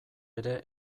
ere